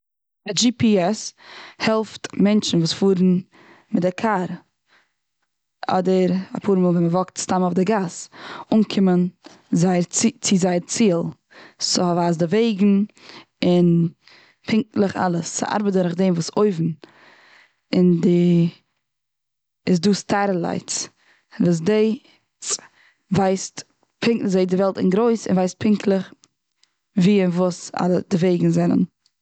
א דזשי פי עס העלפט מענטשן וואס פארן מיט די קאר, אדער אפאר מאל ווען מ'וואקט סתם אזוי אויף די גאס אנקומען זיי- צו זייער ציל. ס'ווייזט די וועגן און פונקטליך אלעס. ס'ארבעט דורך דעם וואס אויבן און די, איז דא סעטילייטס וואס די ווייסט זעהט די וועלט אין גרויס און ווייסט פונקטליך ווי און וואס אלע, די וועגן זענען.